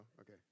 okay